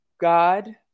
God